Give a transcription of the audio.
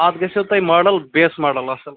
اَتھ گَژھوٕ تۅہہِ ماڈل بیٚس ماڈل اَصٕل